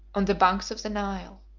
on the banks of the nile.